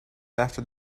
after